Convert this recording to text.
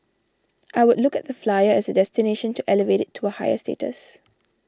I would look at the Flyer as a destination to elevate it to a higher status